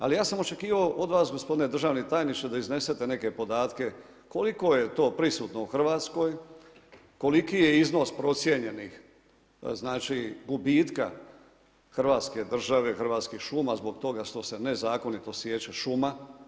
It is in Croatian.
Ali ja sam očekivao od vas, gospodine državni tajniče da iznesete neke podatke, koliko je to prisutno u Hrvatskoj, koliki je iznos procijenjenih gubitka hrvatske države, Hrvatskih šuma zbog toga što se nezakonito sječe šuma?